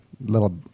little